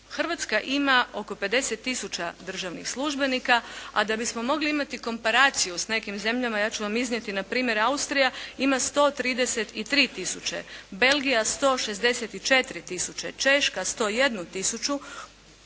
Hrvatska ima oko 50 tisuća državnih službenika, a da bismo mogli imati komparaciju s nekim zemljama, ja ću vam iznijeti npr. Austrija ima 133 tisuće, Belgija 164 tisuće, Češka 101